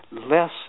less